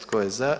Tko je za?